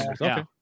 Okay